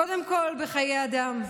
קודם כול בחיי אדם: